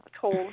told